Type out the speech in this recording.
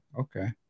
Okay